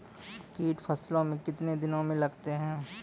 कीट फसलों मे कितने दिनों मे लगते हैं?